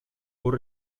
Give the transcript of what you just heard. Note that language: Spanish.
por